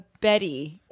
Betty